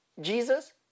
Jesus